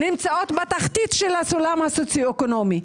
נמצאות בתחתית הסולם הסוציו אקונומי,